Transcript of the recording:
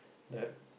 that